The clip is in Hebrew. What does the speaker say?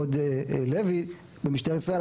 הוד לוי במשטרת ישראל,